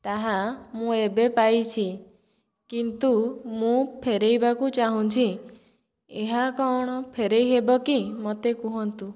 ତାହା ମୁଁ ଏବେ ପାଇଛି କିନ୍ତୁ ମୁଁ ଫେରେଇବାକୁ ଚାହୁଁଛି ଏହା କଣ ଫେରେଇ ହେବ କି ମତେ କୁହନ୍ତୁ